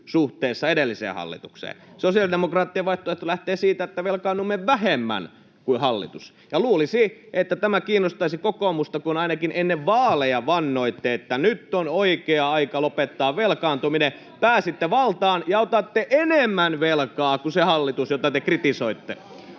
suhteessa edelliseen hallitukseen. Sosiaalidemokraattien vaihtoehto lähtee siitä, että velkaannumme vähemmän kuin hallitus. [Timo Heinonen pyytää vastauspuheenvuoroa] Luulisi, että tämä kiinnostaisi kokoomusta, kun ainakin ennen vaaleja vannoitte, että nyt on oikea aika lopettaa velkaantuminen. Pääsitte valtaan ja otatte enemmän velkaa kuin se hallitus, jota te kritisoitte.